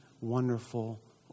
Wonderful